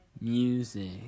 Music